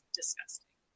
disgusting